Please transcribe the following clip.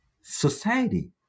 society